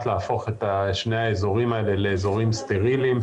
להפוך את שני האזורים האלה לאזורים סטריליים.